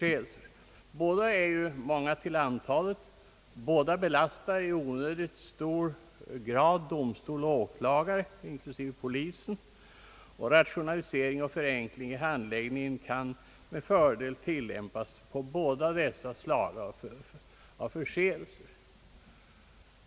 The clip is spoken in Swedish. Båda slagen är ju många till antalet, båda belastar i onödigt hög grad domstolar och åklagare — inklusive polisen — och rationaliseringar och förenklingar vid handläggningen kan med fördel genomföras beträffande båda dessa slag av förseelser.